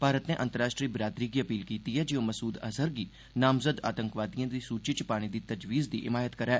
भारत नै अंतर्राष्ट्री बिरादरी गी अपील कीती ऐ जे ओह मसूद अजहर गी नामज़द आतंकवादिएं दी सूची च पाने दी तजवीज़ दी हिमायत करै